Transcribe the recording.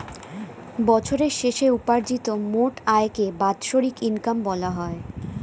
বছরের শেষে উপার্জিত মোট আয়কে বাৎসরিক ইনকাম বলা হয়